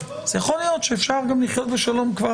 יכול להיות שאפשר לחיות בשלום כבר